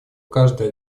каждый